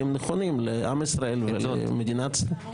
כי הם נכונים לעם ישראל ולמדינת ישראל.